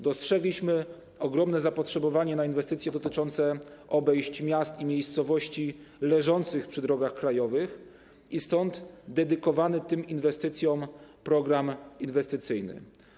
Dostrzegliśmy ogromne zapotrzebowanie na inwestycje dotyczące obejść miast i miejscowości leżących przy drogach krajowych i stąd dedykowany tym inwestycjom program inwestycyjny.